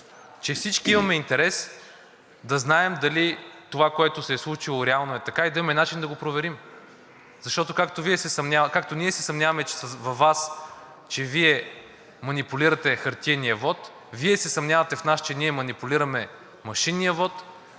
че всички имаме интерес да знаем дали това, което се е случило, реално е така и да имаме начин да го проверим. Защото, както ние се съмняваме във Вас, че Вие манипулирате хартиения вот, така Вие се съмнявате в нас, че ние манипулираме машинния вот,